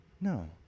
No